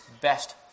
best